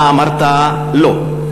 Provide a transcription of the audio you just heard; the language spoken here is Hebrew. אתה אמרת: לא.